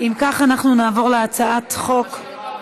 את הצעת החוק.